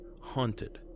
haunted